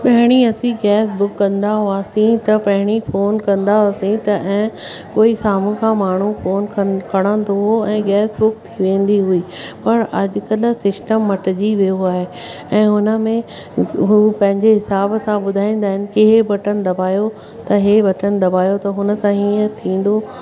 पहिरीं असीं gas book कंदा हुआसीं त पहिरीं फ़ोन कंदा हुआसीं त ऐं कोई साम्हूं खां माण्हू फ़ोन खन खणंदो हुओ ऐं गैस बुक थी वेंदी हुई पर अॼुकल्ह सिस्टम मटिजी वियो आहे ऐं हुन में हू पंहिंजे हिसाब सां ॿुधाईंदा आहिनि कि इहे बटन दबायो त इहे बटन दबायो त हुन सां हीअं थींदो